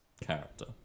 character